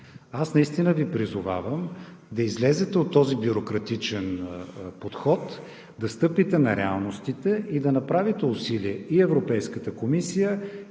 Аз наистина Ви призовавам да излезете от този бюрократичен подход, да стъпите на реалностите и да направите усилие Европейската комисия